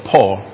Paul